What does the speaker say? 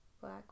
Black